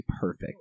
perfect